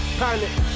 panic